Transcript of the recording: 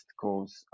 cause